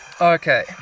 Okay